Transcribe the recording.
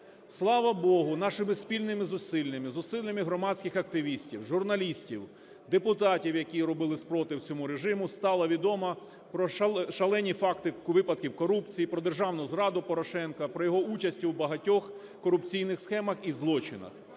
Слава Богу, нашими спільними зусиллями, зусиллями громадських активістів, журналістів, депутатів, які робили супротив цьому режиму, стало відомо про шалені факти випадків корупції, про державну зраду Порошенка, про його участь у багатьох корупційних схемах і злочинах.